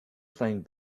playing